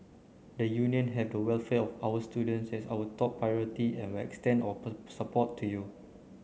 the Union have the welfare of our students as our top priority and will extend our support to you